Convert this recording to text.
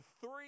three